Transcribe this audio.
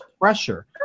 pressure